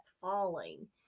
falling